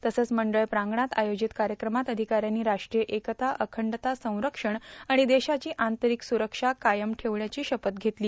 तसंच प्रांगणात आयोजित कार्यक्रमात अधिकाऱ्यांनी राष्ट्रीय एकता अंखडता संरक्षण आणि देशाची आंतरिक स्रुरक्षा कायम ठेवण्याची शपथ घेतली